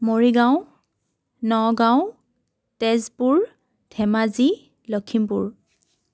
Morigaon Nagaon Tezpur Dhemaji Lakhimpur